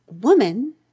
woman